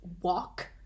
walk